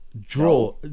Draw